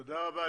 תודה רבה.